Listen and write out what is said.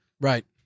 Right